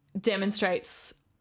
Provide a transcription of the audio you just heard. demonstrates